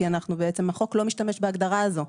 כי בעצם החוק לא משתמש בהגדרה הזו,